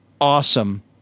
awesome